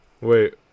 wait